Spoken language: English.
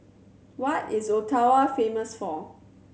what is Ottawa famous for